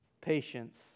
patience